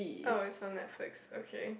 oh it's on Netflix okay